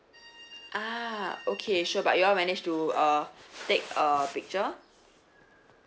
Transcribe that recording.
ah okay sure but you all manage to uh take a picture